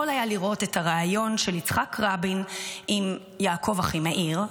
היה לראות את הריאיון של יצחק רבין עם יעקב אחימאיר.